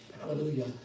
hallelujah